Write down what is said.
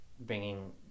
bringing